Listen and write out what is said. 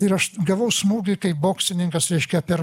ir aš gavau smūgį kaip boksininkas reiškia per